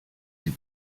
sie